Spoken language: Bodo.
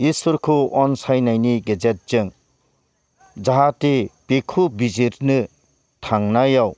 इस्वोरखौ अनसायनायनि गेजेरजों जाहाथे बिखौ बिजिरनो थांनायाव